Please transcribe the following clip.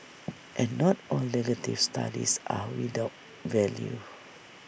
and not all negative studies are without value